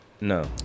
No